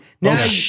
now